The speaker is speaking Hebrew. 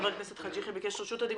חבר הכנסת חאג' יחיא ביקש את רשות הדיבור,